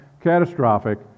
catastrophic